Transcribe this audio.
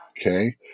okay